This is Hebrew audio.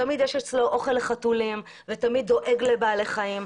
תמיד יש אצלו אוכל לחתולים והוא תמיד דואג לבעלי חיים.